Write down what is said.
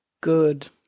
Good